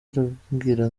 arambwira